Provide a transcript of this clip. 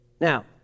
Now